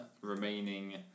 remaining